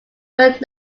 would